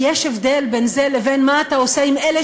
יש הבדל בין זה לבין מה אתה עושה עם אלה